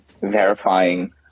verifying